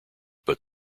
but